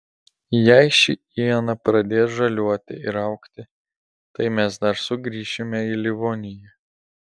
jei ši iena pradės žaliuoti ir augti tai mes dar sugrįšime į livoniją